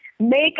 Make